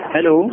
Hello